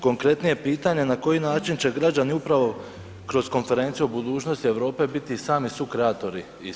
Konkretnije pitanje, na koji način će građani upravo kroz konferenciju o budućnosti Europe biti sami sukreatori iste?